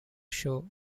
show